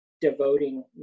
devoting